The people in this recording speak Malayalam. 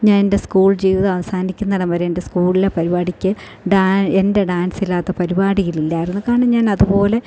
ഞാൻ എൻ്റെ സ്കൂൾ ജീവിതം അവസാനിക്കുന്നിടം വരെ എൻ്റെ സ്കൂളിലെ പരിപാടിക്ക് ഡാ എൻ്റെ ഡാൻസ് ഇല്ലാത്ത പരിപാടി ഇല്ലായിരുന്നു കാരണം ഞാൻ അതുപോലെ